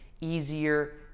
easier